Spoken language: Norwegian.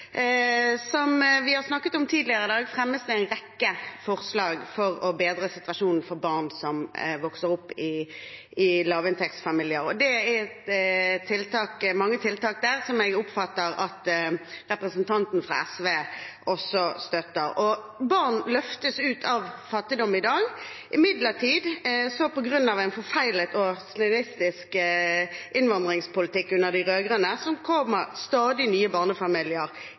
Som vi har snakket om tidligere i dag, fremmes det en rekke forslag for å bedre situasjonen for barn som vokser opp i lavinntektsfamilier. Det er mange tiltak der som jeg oppfatter at representanten fra SV også støtter. Barn løftes ut av fattigdom i dag. Imidlertid, på grunn av en forfeilet og snillistisk innvandringspolitikk under de rød-grønne, kommer stadig nye barnefamilier